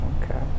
Okay